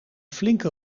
flinke